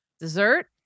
dessert